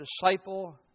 disciple